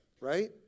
Right